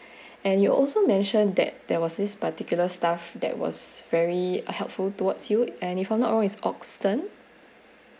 and you also mention that there was this particular staff that was very helpful towards you and if I'm not wrong it's oxden